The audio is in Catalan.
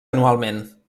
anualment